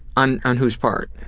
on on whose part?